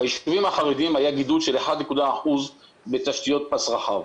ביישובים החרדיים היה גידול של 1 נקודה אחוז בתשתיות פס רחב,